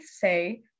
say